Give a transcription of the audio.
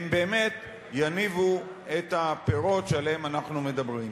באמת יניבו את הפירות שעליהם אנחנו מדברים,